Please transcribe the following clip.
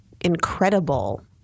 incredible